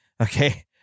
Okay